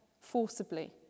forcibly